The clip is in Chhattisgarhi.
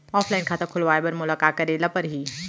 ऑफलाइन खाता खोलवाय बर मोला का करे ल परही?